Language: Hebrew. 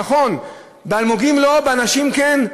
נכון, באלמוגים לא, באנשים כן?